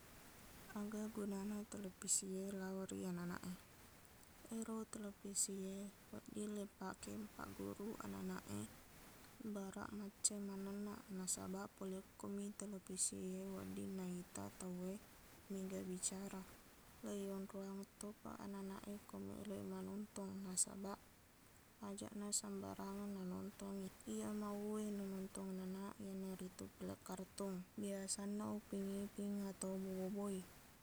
Aga gunana televisi e lao ri ananak e ero televisi e wedding leipake pagguru ananak e baraq macca mannennaq nasabaq pole okkomi televisi e wedding naita tauwe mega bicara leionrowang topa ananak e ko meloq i manontong nasabaq ajaqna sambarangan nanontongi iye mau e nanontong ananak iyanaritu film kartun biasanna upin ipin atau boboboy